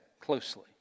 closely